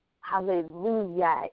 Hallelujah